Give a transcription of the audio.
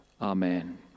Amen